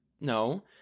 No